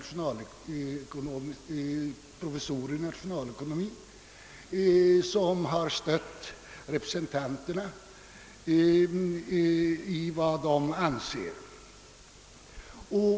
Tio professorer i nationalekonomi har stött demonstranterna i deras aktion.